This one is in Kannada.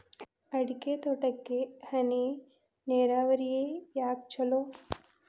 ಅಡಿಕೆ ತೋಟಕ್ಕ ಹನಿ ನೇರಾವರಿಯೇ ಯಾಕ ಛಲೋ?